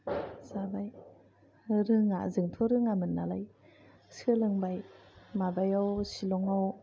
जाबाय जोंथ' रोङामोन नालाय सोलोंबाय माबायाव शिलंआव